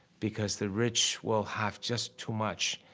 because the rich will have just too much,